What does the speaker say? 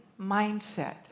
mindset